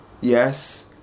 yes